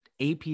AP